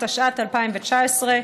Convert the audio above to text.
התשע"ט 2019,